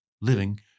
living